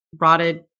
rotted